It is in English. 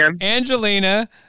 Angelina